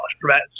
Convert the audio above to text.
threats